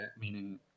meaning